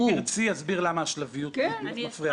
אם תרצי אסביר למה השלביות מפריעה.